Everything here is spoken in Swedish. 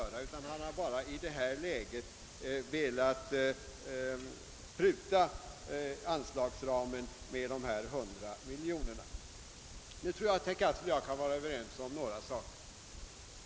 Herr Cassel har i detta läge bara velat pruta ned anslagsramen med 100 miljoner kronor. Nu tror jag dock att herr Cassel och jag kan bli överens om ett par saker.